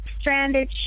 stranded